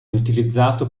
utilizzato